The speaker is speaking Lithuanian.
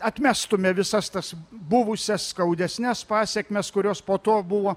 atmestume visas tas buvusias skaudesnes pasekmes kurios po to buvo